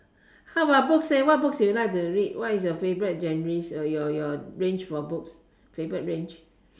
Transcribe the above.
how about books leh what books you like to read what is your favourite genre or your your range of books favourite range